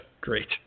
Great